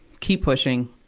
keep pushing.